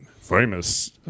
famous